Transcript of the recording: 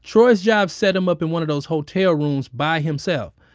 troy's job set them up in one of those hotel rooms by himself.